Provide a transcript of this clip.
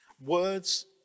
words